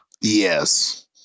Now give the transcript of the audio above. Yes